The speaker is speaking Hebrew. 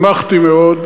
שמחתי מאוד.